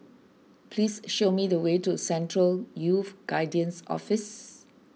please show me the way to Central Youth Guidance Office